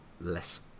less